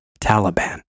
Taliban